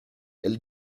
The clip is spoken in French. elle